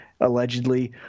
Allegedly